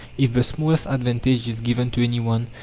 if the smallest advantage is given to any one,